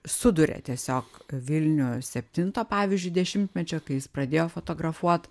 suduria tiesiog vilnių septinto pavyzdžiui dešimtmečio kai jis pradėjo fotografuot